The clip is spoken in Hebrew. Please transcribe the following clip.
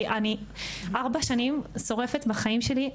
אני ארבע שנים שורפת מהחיים שלי,